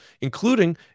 including